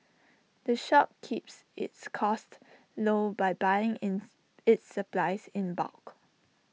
the shop keeps its costs low by buying ins its supplies in bulk